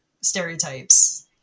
stereotypes